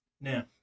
Now